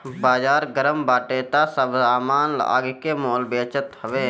बाजार गरम बाटे तअ सब सामान आगि के मोल बेचात हवे